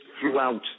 throughout